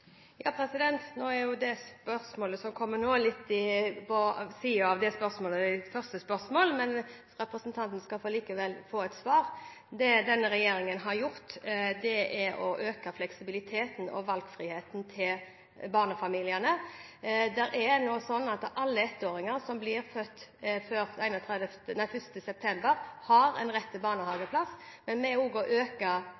Nå er det spørsmålet som kommer nå, litt på siden av det første spørsmålet, men representanten skal likevel få et svar. Det denne regjeringen har gjort, er å øke fleksibiliteten og valgfriheten til barnefamiliene. Det er nå sånn at alle ettåringer som blir født før 1. september, har rett til barnehageplass. Men ved å øke kontantstøtten med 1 000 kr, som denne regjeringen har gjort, er det også en